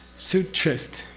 sutrist.